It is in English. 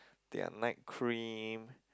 their night cream